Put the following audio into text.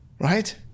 right